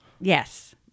Yes